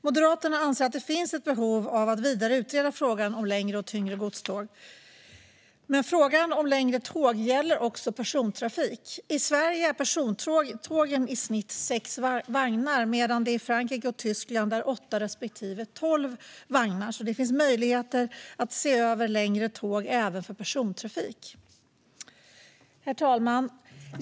Moderaterna anser att det finns ett behov av att vidare utreda frågan om längre och tyngre godståg. Men frågan om längre tåg gäller också persontrafik. I Sverige är persontågen i snitt sex vagnar långa medan det i Frankrike och Tyskland är åtta respektive tolv vagnar som gäller. Det finns alltså möjligheter att se över längre tåg även för persontrafik. Herr talman!